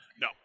No